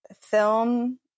film